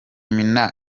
minaert